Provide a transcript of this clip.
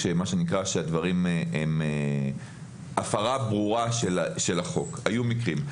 בוחנים כשהדברים הם הפרה ברורה של החוק והיו מקרים.